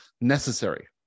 necessary